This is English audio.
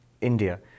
India